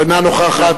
אינה נוכחת